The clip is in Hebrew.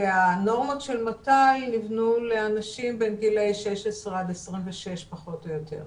והנורמות של מת"ל נבנו לאנשים בגילאי 16-26 פחות או יותר.